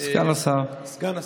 סגן השר.